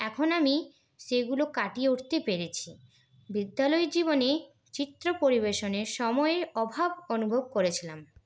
এখন আমি সেগুলো কাটিয়ে উঠতে পেরেছি বিদ্যালয় জীবনে চিত্র পরিবেশনের সময়ের অভাব অনুভব করেছিলাম